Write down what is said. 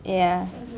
ya